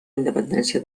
independència